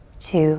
two